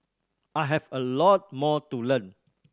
I have a lot more to learn